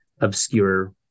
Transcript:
obscure